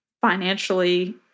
financially